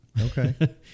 Okay